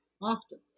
often